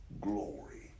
glory